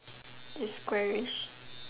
is squarish